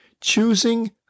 Choosing